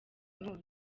imuzi